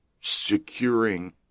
securing